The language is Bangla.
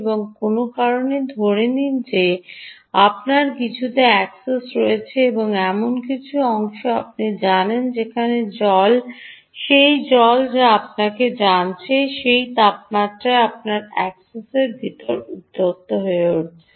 এবং কোনও কারণেই ধরে নিন যে আপনার কিছুতে অ্যাক্সেস রয়েছে এমন কিছু অংশ আপনি জানেন যেখানে জল সেই জল যা আপনাকে জানছে সেই তাপমাত্রায় আপনার অ্যাক্সেসের ভিতরে উত্তপ্ত হয়ে উঠছে